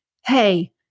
Hey